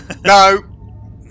No